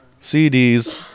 CDs